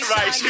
Right